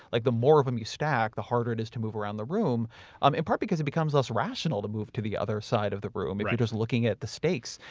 like the more of them you stack, the harder it is to move around the room um in part, because it becomes less rational to move to the other side of the room if you're just looking at the stakes.